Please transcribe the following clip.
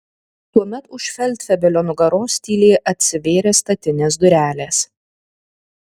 tuomet už feldfebelio nugaros tyliai atsivėrė statinės durelės